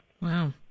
Wow